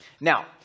Now